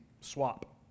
swap